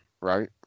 right